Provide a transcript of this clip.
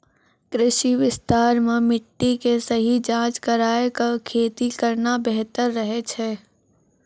कृषि विस्तार मॅ मिट्टी के सही जांच कराय क खेती करना बेहतर रहै छै